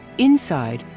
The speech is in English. inside,